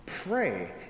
pray